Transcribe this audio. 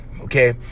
okay